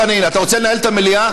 דב חנין, אתה רוצה לנהל את המליאה?